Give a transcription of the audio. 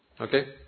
okay